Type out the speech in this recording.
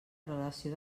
relació